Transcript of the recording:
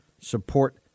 Support